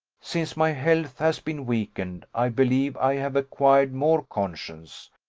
since my health has been weakened, i believe i have acquired more conscience.